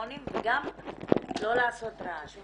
המיקרופונים ולא לעשות רעש.